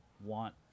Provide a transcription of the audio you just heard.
want